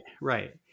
right